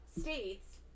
states